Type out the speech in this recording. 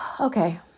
okay